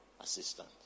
assistant